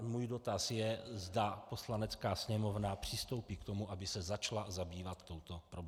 Můj dotaz je, zda Poslanecká sněmovna přistoupí k tomu, aby se začala zabývat touto problematikou.